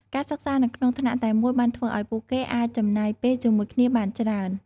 ការសិក្សានៅក្នុងថ្នាក់តែមួយបានធ្វើឲ្យពួកគេអាចចំណាយពេលជាមួយគ្នាបានច្រើន។